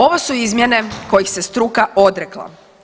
Ovo su izmjene kojih se struka odrekla.